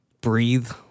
breathe